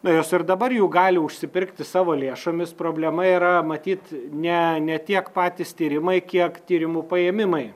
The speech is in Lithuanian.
na jos ir dabar jau gali užsipirkti savo lėšomis problema yra matyt ne ne tiek patys tyrimai kiek tyrimų paėmimai